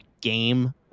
game